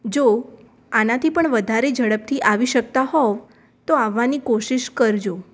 જો આનાથી પણ વધારે ઝડપથી આવી શકતા હોવ તો આવવાની કોશિશ કરજો